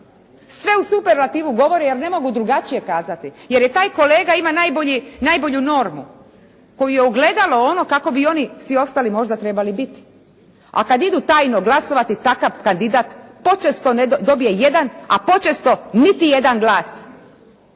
sve u superlativu govori jer ne mogu drugačije kazati, jer je taj kolega ima najbolju normu koji je ugledalo ono kako bi i oni svi ostali možda trebali biti. A kada idu tajno glasovati, takav kandidat počesto dobije jedan, a počesto niti jedan glas.